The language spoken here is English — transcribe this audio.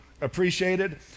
appreciated